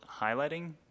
highlighting